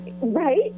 Right